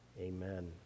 Amen